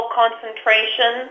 concentration